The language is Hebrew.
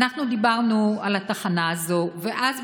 אנחנו דיברנו על התחנה הזאת ואז,